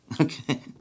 Okay